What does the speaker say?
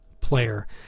player